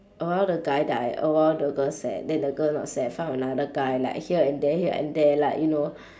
a while the guy die a while the girl sad then the girl not sad found another guy like here and there here and there like you know